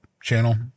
channel